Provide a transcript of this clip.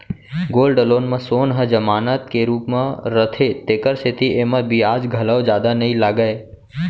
gold loan म सोन ह जमानत के रूप म रथे तेकर सेती एमा बियाज घलौ जादा नइ लागय